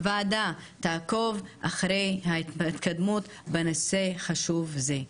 הוועדה תעקוב אחרי ההתקדמות בנושא חשוב זה.